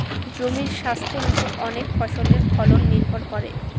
জমির স্বাস্থের ওপর অনেক ফসলের ফলন নির্ভর করে